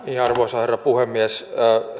arvoisa herra puhemies